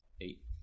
Eight